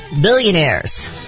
Billionaires